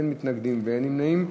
אין מתנגדים ואין נמנעים.